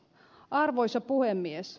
arvoisa puhemies